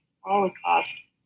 Holocaust